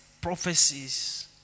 prophecies